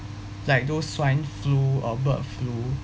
like those swine flu or bird flu